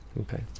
Okay